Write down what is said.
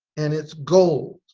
and it's gold.